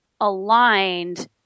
aligned